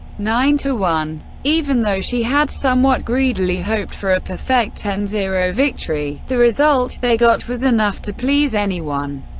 nine to one! even though she had somewhat greedily hoped for a perfect ten zero victory, the result they got was enough to please anyone.